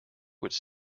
which